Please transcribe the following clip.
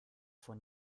von